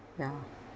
ya